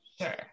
sure